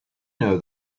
know